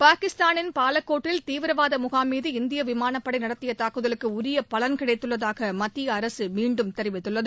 பாகிஸ்தானின் பாலக்கோட்டில் தீவிரவாத முகாம் மீது இந்திய விமானப்படை நடத்திய தாக்குதலுக்கு உரிய பலன் கிடைத்துள்ளதாக மத்திய அரசு மீண்டும் தெரிவித்துள்ளது